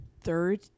third